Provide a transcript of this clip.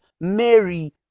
Mary